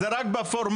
זה רק בפורמט.